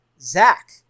zach